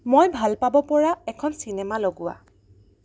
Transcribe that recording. মই ভাল পাব পৰা এখন চিনেমা লগোৱা